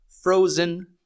frozen